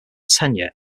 tenure